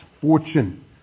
fortune